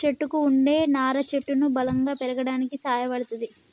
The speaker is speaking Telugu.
చెట్టుకు వుండే నారా చెట్టును బలంగా పెరగడానికి సాయపడ్తది